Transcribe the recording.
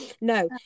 no